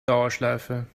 dauerschleife